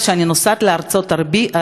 כשאני נוסעת לארצות-הברית,